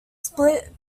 split